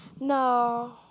No